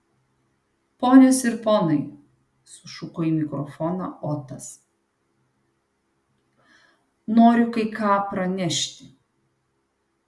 ponios ir ponai sušuko į mikrofoną otas noriu kai ką pranešti